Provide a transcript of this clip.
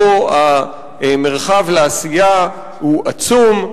פה המרחב לעשייה הוא עצום.